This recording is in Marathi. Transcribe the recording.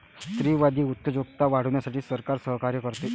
स्त्रीवादी उद्योजकता वाढवण्यासाठी सरकार सहकार्य करते